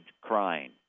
crying